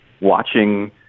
watching